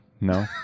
No